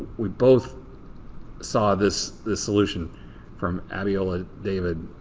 we both saw this this solution from abiola david.